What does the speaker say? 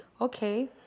Okay